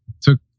took